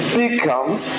becomes